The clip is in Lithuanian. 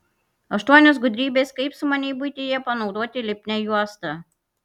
aštuonios gudrybės kaip sumaniai buityje panaudoti lipnią juostą